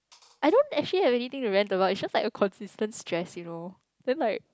I don't actually have anything to rant about is just like a consistent stress you know then like